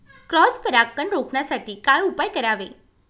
Cross परागकण रोखण्यासाठी काय उपाय करावे?